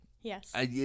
Yes